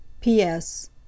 P.S